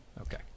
Okay